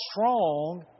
strong